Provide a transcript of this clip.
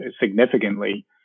significantly